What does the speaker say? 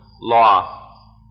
law